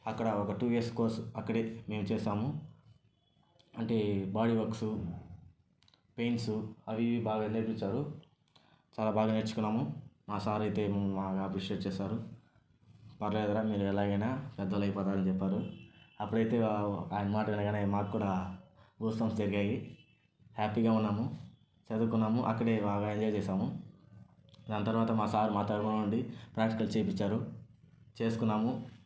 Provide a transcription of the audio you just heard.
అక్కడ two years course అక్కడే మేము చేసాము అంటే బాడీ వర్క్స్ పెయిన్స్ అవి ఇవి బాగా నేర్పించారు చాలా బాగా నేర్చుకున్నాము మా సార్ అయితే మమ్మల్ని అప్రిషియేట్ చేశాడు పర్లేదురా మీరు ఎలాగైనా పెద్దోళ్ళు అయిపోతారు అని చెప్పాడు అప్పుడైతే ఆయన మాట వినగానే మాకు కూడా బూస్టప్ జరిగాయి హ్యాపీగా ఉన్నాము చదువుకున్నాము అక్కడే బాగా ఎంజాయ్ చేశాము దాని తర్వాత మా సార్ మా తరఫునుండి ప్రాక్టికల్ చేపించాడు చేసుకున్నాము